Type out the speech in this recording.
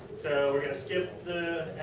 so, we are going to skip the